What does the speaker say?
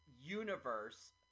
universe